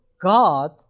God